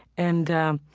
and, i